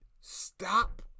Stop